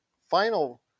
final